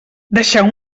deixeu